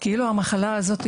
המחלה הזאת,